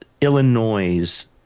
Illinois